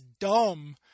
dumb